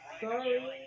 Sorry